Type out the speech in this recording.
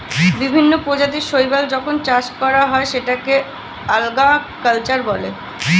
বিভিন্ন প্রজাতির শৈবাল যখন চাষ করা হয় সেটাকে আল্গা কালচার বলে